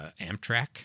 Amtrak